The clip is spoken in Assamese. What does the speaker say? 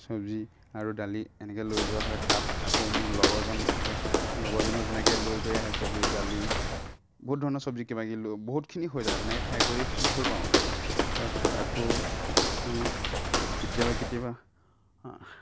চব্জি আৰু দালি এনেকে লৈ যোৱা হয় তাত আকৌ মোৰ লগৰজন আহে লগৰ জনেও তেনেকে লৈ গৈ আহে চব্জি দালি বহুত ধৰণৰ চব্জি কিবাকিবি লৈ বহুতখিনি হৈ যায় আৰু তেনেকে খাই কৰি ভাল পাওঁ তাৰপিছত আকৌ কেতিয়াবা কেতিয়াবা